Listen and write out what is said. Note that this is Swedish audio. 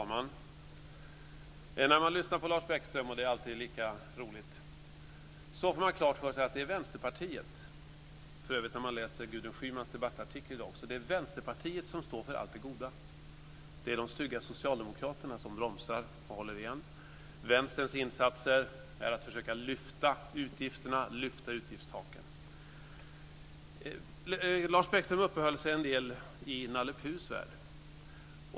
Fru talman! När man lyssnar på Lars Bäckström, och det är alltid lika roligt, får man klart för sig att det är Vänsterpartiet - för övrigt också när man läser Gudrun Schymans debattartikel i dag - som står för allt det goda och att det är de stygga Socialdemokraterna som bromsar och håller igen. Vänsterns insats är att försöka lyfta utgifterna, lyfta utgiftstaken. Lars Bäckström uppehöll sig en del i Nalle Puhs värld.